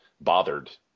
bothered